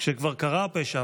כשכבר קרה הפשע,